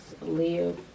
live